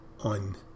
on